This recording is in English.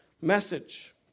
message